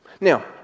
Now